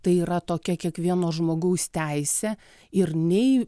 tai yra tokia kiekvieno žmogaus teisė ir nei